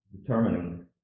determining